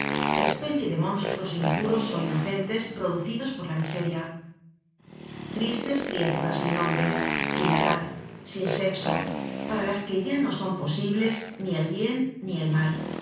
especie de monstruos impuros ó inocentes producidos por la miseria tristes criaturas sin nombre sin edad sin sexo para las que ya no son posibles ni el bien ni el mal